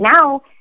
now